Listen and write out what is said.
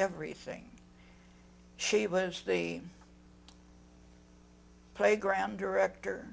everything she was the playground director